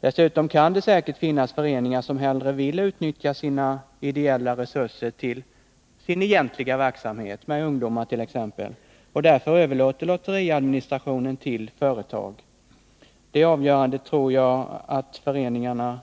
Dessutom finns det säkert föreningar som hellre vill utnyttja sina ideella resurser för den egentliga verksamheten, med ungdomar t.ex. Därför överlåter de lotteriadministrationen till företag. Jag tror att föreningarna själva